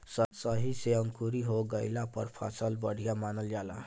सही से अंकुरी हो गइला पर फसल के बढ़िया मानल जाला